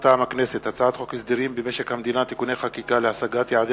מטעם הכנסת: הצעת חוק הסדרים במשק המדינה (תיקוני חקיקה להשגת יעדי